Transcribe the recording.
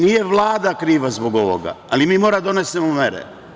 Nije Vlada kriva zbog ovoga, ali mi moramo da donesemo mere.